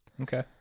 Okay